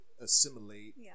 assimilate